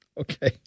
Okay